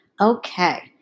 Okay